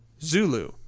Zulu